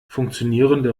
funktionierende